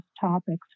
topics